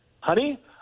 honey